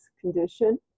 condition